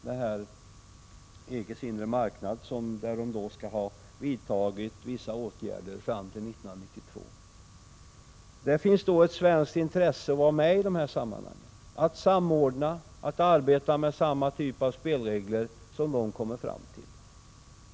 Jag syftar på EG:s inre marknad, där vissa åtgärder skall ha vidtagits fram till år 1992. Det finns ett svenskt intresse av att vara med i dessa sammanhang, dvs. att samordna och arbeta med samma typ av spelregler som de kommer fram till.